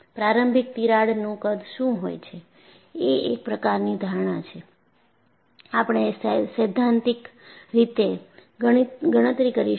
પ્રારંભિક તિરાડનું કદ શું હોય છે એ એક પ્રકારની ધારણા છે આપણે સૈદ્ધાંતિક રીતે ગણતરી કરીશું